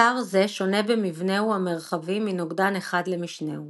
אתר זה שונה במבנהו המרחבי מנוגדן אחד למשנהו.